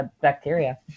bacteria